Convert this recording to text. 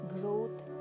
growth